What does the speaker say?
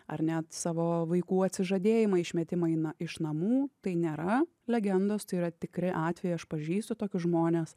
ar net savo vaikų atsižadėjimą išmetimai iš namų tai nėra legendos tai yra tikri atvejai aš pažįstu tokius žmones